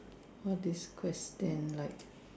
what's this question like